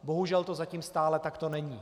Bohužel to zatím stále takto není.